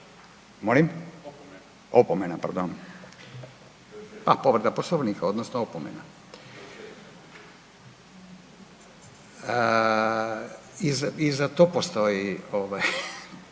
Molim? Opomena, pardon, a povreda Poslovnika, odnosno opomena. I za to postoji